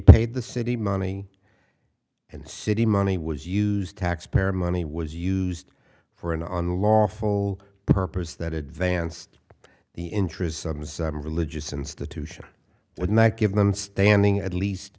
paid the city money and city money was used taxpayer money was used for an unlawful purpose that advanced the interests of religious institutions would not give them standing at least